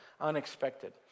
unexpected